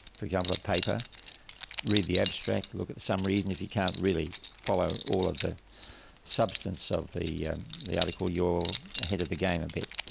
for example a paper, to read the abstract, look at the summary, even if you can't really follow all of the substance of the the article, you're ahead of the game a bit.